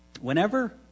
Whenever